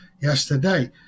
yesterday